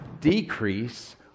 decrease